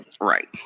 Right